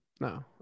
No